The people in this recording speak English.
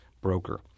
broker